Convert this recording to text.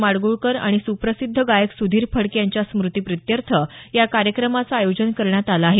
माडग्रळकर आणि सुप्रसिद्ध गायक सुधीर फडके यांच्या स्मुतीप्रित्यर्थ या कार्यक्रमाचं आयोजन करण्यात आलं आहे